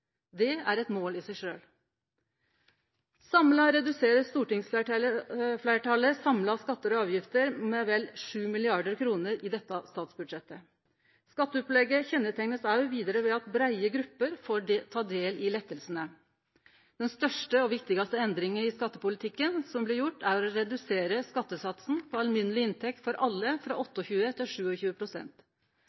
Det er eit mål i seg sjølv. Stortingsfleirtalet reduserer samla skattar og avgifter med vel 7 mrd. kr i dette statsbudsjettet. Skatteopplegget kjenneteiknast vidare ved at breie grupper får ta del i lettane. Den største og viktigaste endringa i skattepolitikken som blir gjort, er å redusere skattesatsen på alminneleg inntekt for alle, frå 28 pst. til